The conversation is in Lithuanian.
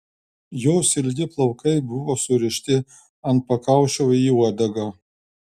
jos ilgi plaukai buvo surišti ant pakaušio į uodegą